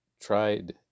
tried